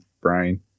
brain